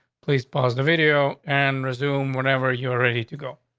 police pause the video and resume whenever you're ready to go.